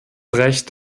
recht